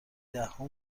دهها